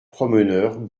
promeneurs